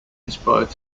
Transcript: despite